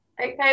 Okay